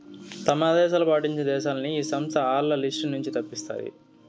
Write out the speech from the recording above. తమ ఆదేశాలు పాటించని దేశాలని ఈ సంస్థ ఆల్ల లిస్ట్ నుంచి తప్పిస్తాది